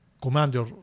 commander